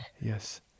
Yes